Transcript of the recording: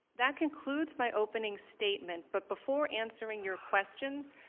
that concludes my opening statement but before entering your questions,